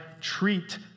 treat